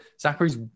Zachary's